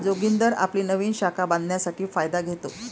जोगिंदर आपली नवीन शाखा बांधण्यासाठी फायदा घेतो